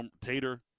Tater